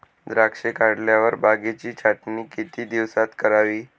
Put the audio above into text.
द्राक्षे काढल्यावर बागेची छाटणी किती दिवसात करावी?